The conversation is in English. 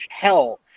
hell